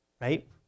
right